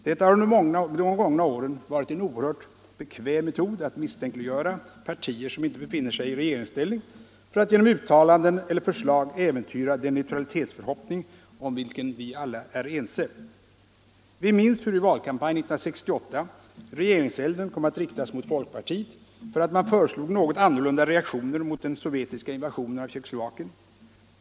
Detta har under de gångna åren varit en oerhört bekväm metod att misstänkliggöra partier som inte befinner sig i regeringsställning för att genom uttalanden eller förslag äventyra den neutralitetsförhoppning om vilken vi alla är ense. Vi minns hur i valkampanjen 1968 regeringselden kom att riktas mot folkpartiet för att man föreslog något annorlunda reaktioner mot den sovjetiska invasionen av Tjeckoslovakien.